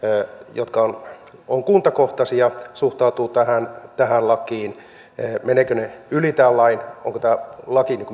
jotka ovat kuntakohtaisia suhtautuvat tähän tähän lakiin menevätkö ne yli tämän lain onko tämä laki niin